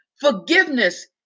Forgiveness